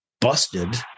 busted